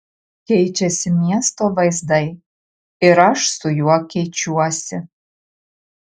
keičiasi miesto vaizdai ir aš su juo keičiuosi